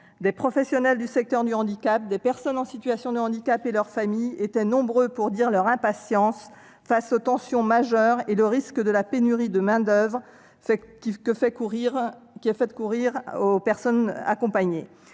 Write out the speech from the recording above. Les professionnels du secteur du handicap, les personnes en situation de handicap et leurs familles étaient nombreux pour dire leur impatience face aux tensions majeures et au risque que la pénurie de main-d'oeuvre fait courir aux personnes accompagnées.